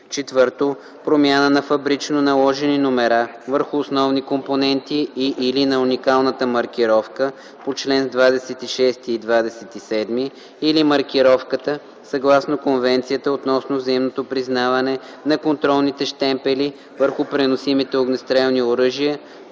и др.); 4. промяна на фабрично наложени номера върху основните компоненти и/или на уникалната маркировка по чл. 26 и 27 или маркировката съгласно Конвенцията относно взаимното признаване на контролните щемпели върху преносимите огнестрелни оръжия,